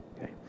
Okay